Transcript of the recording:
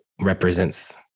represents